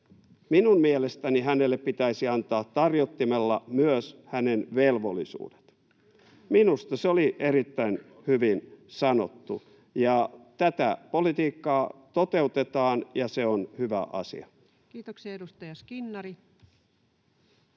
Minun mielestäni hänelle pitäisi antaa tarjottimella myös hänen velvollisuutensa.” Minusta se oli erittäin hyvin sanottu, ja tätä politiikkaa toteutetaan, ja se on hyvä asia. Kiitoksia. — Edustaja Skinnari.